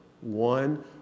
one